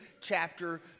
chapter